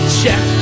check